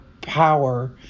power